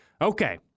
okay